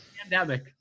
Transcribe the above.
Pandemic